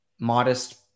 modest